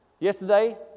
Yesterday